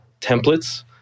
templates